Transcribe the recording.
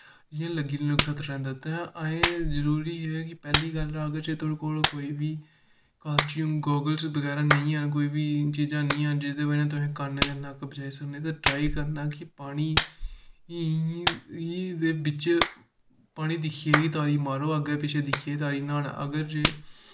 जे लग्गी जा ते असैं जरूरी एह् ऐ कि पैह्लै गल्ल जे तुआढ़े कोल कोई कासटियम गागलस बगैरा कोई बी नी हैन बगैरा नेंई हैन कोई बी चीज़ां नेंई हैन ओह्दी बज़ह कन्नैं कन्न ते नक्क बचाई सकनें ते ट्राई करनां कि एह्दे बिच्च पानी दिक्खियै गै तारी मारो अग्गैं पिच्छैं दिक्खियै पानी मारन